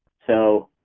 so